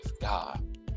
God